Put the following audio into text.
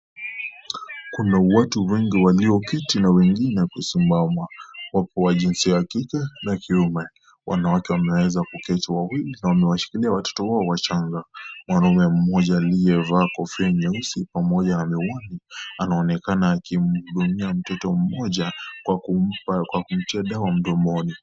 Kuna watu wengi walioketi na wengine kusimama. Wako wa jinsia ya kike na kiume. Wanawake wameweza kuketi wawili na wamewashikilia watoto wao wachanga. Mwanaume mmoja aliyevaa kofia nyeusi, pamoja na miwani, anaonekana akimhudumia mtoto mmoja kwa kumpa, kwa kumtia dawa mdomoni.